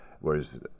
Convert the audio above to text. whereas